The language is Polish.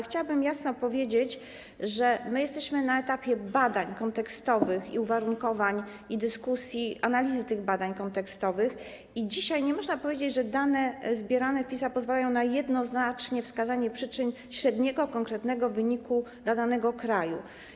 Chciałabym jasno powiedzieć, że jesteśmy na etapie badań kontekstowych i uwarunkowań oraz dyskusji i analizy tych badań kontekstowych i dzisiaj nie można powiedzieć, że dane zbierane w ramach PISA pozwalają na jednoznaczne wskazanie przyczyn średniego konkretnego wyniku dla danego kraju.